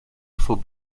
von